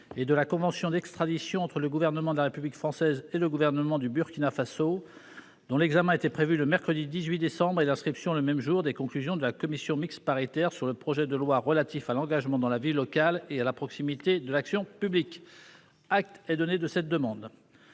et de la convention d'extradition entre le Gouvernement de la République française et le Gouvernement du Burkina Faso, dont l'examen était prévu le mercredi 18 décembre, et l'inscription, le même jour, des conclusions de la commission mixte paritaire sur le projet de loi relatif à l'engagement dans la vie locale et à la proximité de l'action publique. Acte est donné de cette demande.